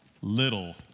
little